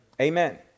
Amen